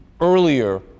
earlier